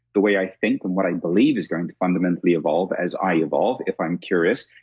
the way i think and what i believe is going to fundamentally evolve as i evolve, if i'm curious.